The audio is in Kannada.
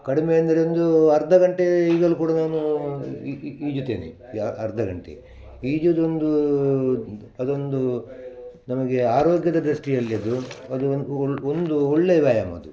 ಕಡಿಮೆ ಎಂದರೆ ಒಂದು ಅರ್ಧ ಗಂಟೆ ಈಗಲು ಕೂಡ ನಾನು ಈಜುತ್ತೇನೆ ಯಾ ಅರ್ಧ ಗಂಟೆ ಈಜೋದೊಂದೂ ಅದೊಂದು ನಮಗೆ ಆರೋಗ್ಯದ ದೃಷ್ಟಿಯಲ್ಲಿ ಅದು ಒಂದು ಒಳ ಒಂದು ಒಳ್ಳೆಯ ವ್ಯಾಯಾಮ ಅದು